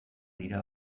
dira